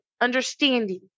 understanding